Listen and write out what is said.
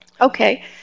Okay